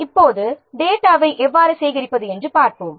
இப்போது டேட்டாவை எவ்வாறு சேகரிப்பது என்று பார்ப்போம்